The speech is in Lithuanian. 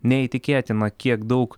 neįtikėtina kiek daug